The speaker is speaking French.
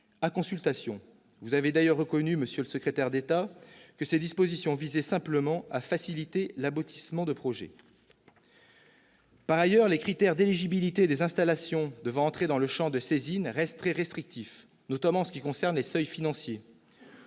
à consultation. Vous avez d'ailleurs reconnu, monsieur le secrétaire d'État, que ces dispositions visaient simplement à « faciliter l'aboutissement de projets »... Par ailleurs, les critères d'éligibilité des installations devant entrer dans le champ de saisine restent très restrictifs, notamment en ce qui concerne les seuils financiers.